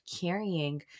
carrying